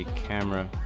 camera,